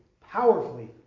powerfully